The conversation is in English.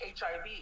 HIV